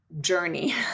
journey